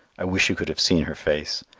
i wish you could have seen her face.